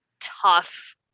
tough